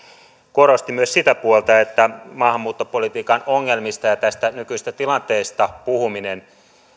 korosti myös sitä puolta että maahanmuuttopolitiikan ongelmista ja tästä nykyisestä tilanteesta puhuminen